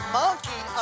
monkey